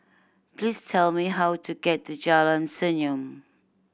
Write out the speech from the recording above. please tell me how to get to Jalan Senyum